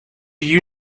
you